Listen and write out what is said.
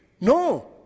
No